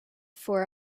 for